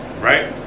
Right